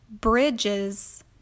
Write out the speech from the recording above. Bridges